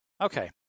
Okay